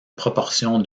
proportion